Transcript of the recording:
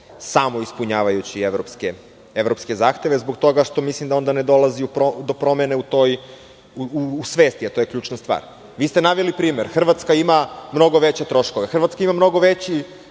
samo ispunjavajući evropske zahteve zbog toga što onda mislim ne dolazi do promene u toj svesti, a to je ključna stvar. Vi ste naveli primer, Hrvatska ima mnogo veće troškove. Hrvatska ima mnogo veći,